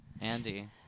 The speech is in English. Andy